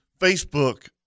Facebook